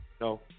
No